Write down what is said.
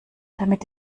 damit